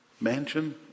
mansion